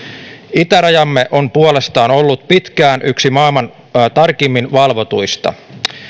itärajamme on puolestaan ollut pitkään yksi maailman tarkimmin valvotuista